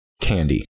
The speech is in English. candy